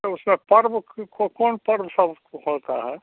वह सब पर्व क्यों कौन कौन पर्व सब कु होता है